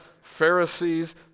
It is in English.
Pharisees